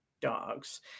dogs